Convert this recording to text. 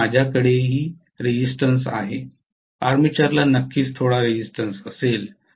आता माझ्याकडेही रेजिस्टन्स आहे आर्मेचरला नक्कीच थोडा रेजिस्टन्स असेल